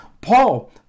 Paul